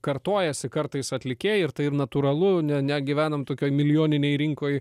kartojasi kartais atlikėjai ir tai natūralu ne negyvenam tokioj milijoninėj rinkoj